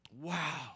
Wow